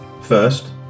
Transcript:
First